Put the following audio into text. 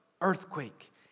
earthquake